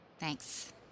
Thanks